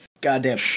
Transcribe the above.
goddamn